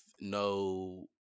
no